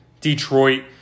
Detroit